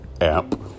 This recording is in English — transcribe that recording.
app